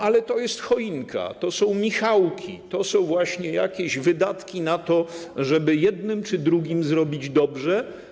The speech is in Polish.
Ale to jest choinka, to są michałki, to są właśnie jakieś wydatki na to, żeby jednym czy drugim zrobić dobrze.